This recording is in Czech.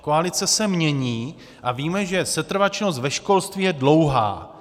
Koalice se mění a víme, že setrvačnost ve školství je dlouhá.